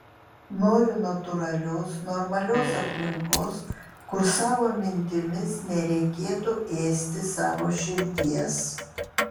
noriu natūralios normalios aplinkos kur savo mintimis nereikėtų ėsti savo širdies